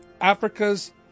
Africa's